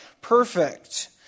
perfect